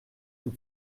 tout